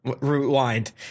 rewind